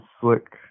slick